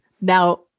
Now